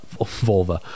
volvo